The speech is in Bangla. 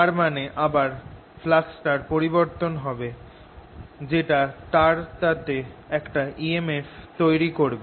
তার মানে আবার ফ্লাক্সটার পরিবর্তন হবে যেটা তারটাতে একটা emf তৈরি করবে